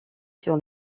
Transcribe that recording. sur